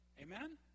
Amen